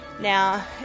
Now